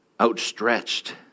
outstretched